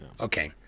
okay